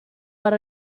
but